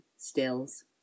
Stills